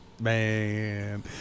man